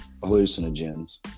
hallucinogens